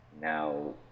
Now